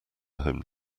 home